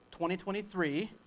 2023